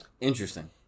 Interesting